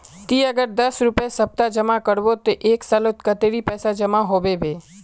ती अगर दस रुपया सप्ताह जमा करबो ते एक सालोत कतेरी पैसा जमा होबे बे?